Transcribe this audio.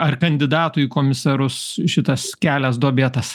ar kandidatui į komisarus šitas kelias duobėtas